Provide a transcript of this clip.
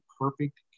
perfect